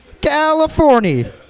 California